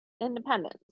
Independence